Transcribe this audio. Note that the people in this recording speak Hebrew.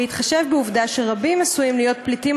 בהתחשב בעובדה שרבים עשויים להיות פליטים